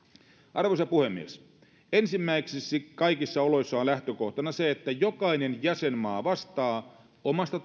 arvoisa puhemies ensimmäiseksi kaikissa oloissa on lähtökohtana se että jokainen jäsenmaa vastaa omasta